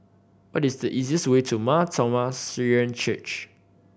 what is the easiest way to Mar Thoma Syrian Church